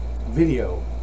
video